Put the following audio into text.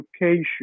education